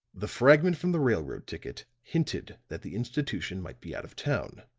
the fragment from the railroad ticket hinted that the institution might be out of town.